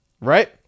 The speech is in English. Right